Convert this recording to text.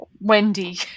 wendy